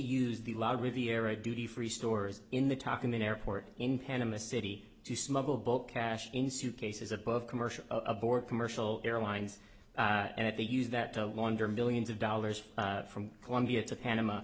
used the law riviera duty free stores in the talking airport in panama city to smuggle book cash in suitcases above commercial aboard commercial airlines and at the use that to wander millions of dollars from colombia to panama